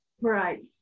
right